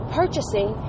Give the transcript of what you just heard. purchasing